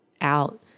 out